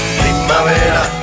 primavera